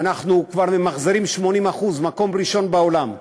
אנחנו כבר ממחזרים 80%, מקום ראשון בעולם,